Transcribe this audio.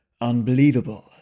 unbelievable